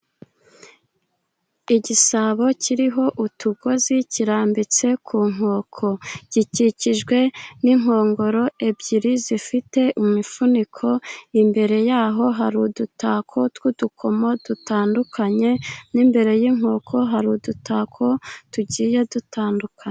Igisabo kiriho utugozi kirambitse ku nkoko, gikikijwe n’inkongoro ebyiri zifite imifuniko. Imbere yaho hari udutako tw’udukomo dutandukanye, n’imbere y’inkoko hari udutako tugiye dutandukanye.